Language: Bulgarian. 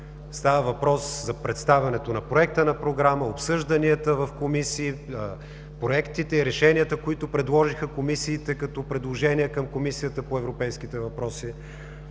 Става въпрос за представянето на Проекта на Програма, обсъжданията в комисии, проектите и решенията, които предложиха комисиите, като предложение към Комисията по европейските въпроси.